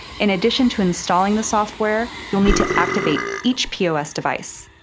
in addition to installing the software, you'll need to activate each pos device.